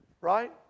right